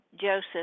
Joseph